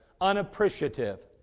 unappreciative